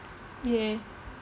!yay!